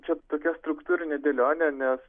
čia tokia struktūrinė dėlionė nes